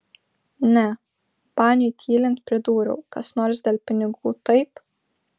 ne baniui tylint pridūriau kas nors dėl pinigų taip